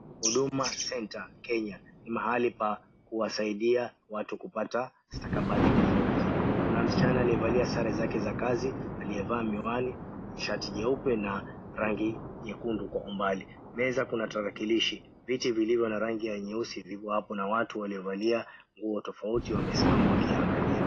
Huduma Center Kenya ni mahali pa kuwasaidia watu kupata stakabadhi tofauti. Kuna msichana aliyevalia sare zake za kazi, aliyevaa miwani, shati jeupe na rangi nyekundu kwa umbali. Meza kuna tarakilishi, viti vilivyo na rangi ya nyeusi vipo hapo na watu waliovalia nguo tofauti wamesimama wakiiangalia.